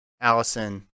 Allison